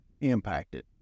impacted